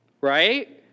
Right